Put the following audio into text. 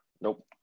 Nope